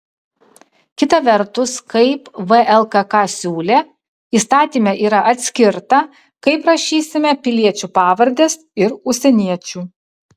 kita vertus kaip vlkk siūlė įstatyme yra atskirta kaip rašysime piliečių pavardes ir užsieniečių